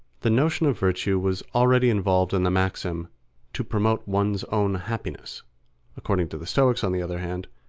the notion of virtue was already involved in the maxim to promote one's own happiness according to the stoics, on the other hand,